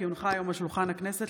כי הונחה היום על שולחן הכנסת,